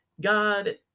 god